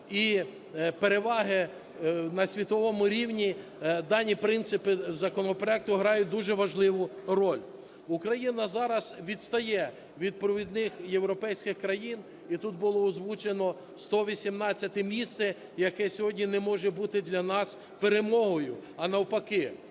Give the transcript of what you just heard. і переваги на світовому рівні дані принципи законопроекту грають дуже важливу роль. Україна зараз відстає від провідних європейських країн, і тут було озвучено - 118 місце, яке сьогодні не може бути для нас перемогою, а навпаки.